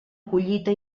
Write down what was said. collita